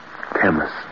Chemist